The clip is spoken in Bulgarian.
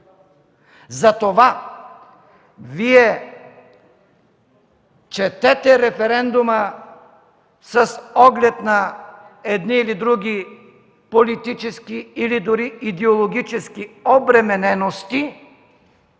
Затова Вие четете референдума с оглед на едни или други политически или дори идеологически обременености,